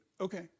okay